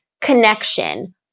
Connection